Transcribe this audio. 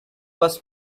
was